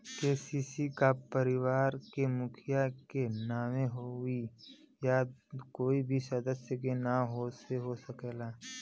KCC का परिवार के मुखिया के नावे होई या कोई भी सदस्य के नाव से हो सकेला?